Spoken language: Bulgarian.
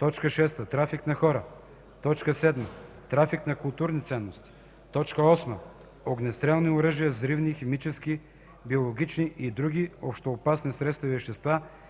6. трафик на хора; 7. трафик на културни ценности; 8. огнестрелни оръжия, взривни, химически, биологични и други общоопасни средства и вещества,